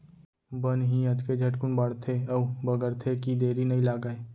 बन ही अतके झटकुन बाढ़थे अउ बगरथे कि देरी नइ लागय